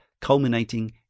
culminating